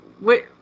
wait